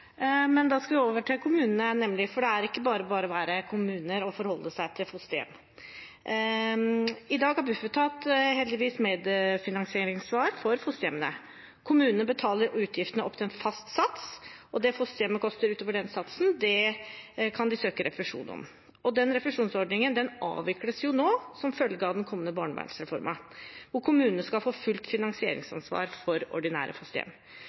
Da skal vi over til kommunene, for det er ikke bare bare å være kommune og forholde seg til fosterhjem. I dag har Bufetat heldigvis medfinansieringsansvar for fosterhjemmene. Kommunene betaler utgiftene opp til en fast sats, og det fosterhjemmet koster utover den satsen, kan de søke om refusjon av. Den refusjonsordningen avvikles nå som følge av den kommende barnevernsreformen, der kommunene skal få fullt finansieringsansvar for ordinære fosterhjem.